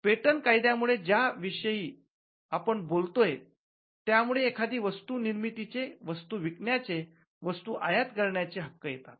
patent कायद्या मुळे ज्या विषयी आपण बोलतोय त्यामुळे एखादी वस्तू निर्मितीचे वस्तू विकण्या चे वस्तू आयात करण्याचे हक्क येतात